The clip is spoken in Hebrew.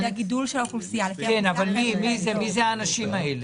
לפי הגידול של האוכלוסייה --- מי זה האנשים האלה?